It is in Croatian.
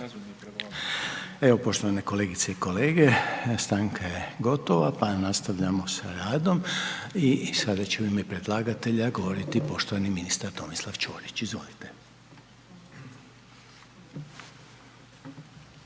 Evo poštovane kolegice i kolege, stanka je gotova, pa nastavljamo sa radom i sada će u ime predlagatelja govoriti poštovani ministar Tomislav Ćorić, izvolite.